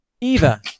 Eva